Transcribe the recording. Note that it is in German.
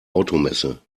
automesse